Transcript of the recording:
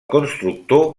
constructor